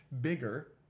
bigger